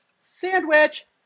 Sandwich